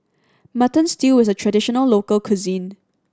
Mutton Stew is a traditional local cuisine